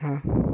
ते हां